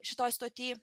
šitoj stoty